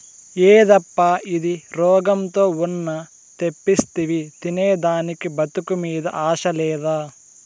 యేదప్పా ఇది, రోగంతో ఉన్న తెప్పిస్తివి తినేదానికి బతుకు మీద ఆశ లేదా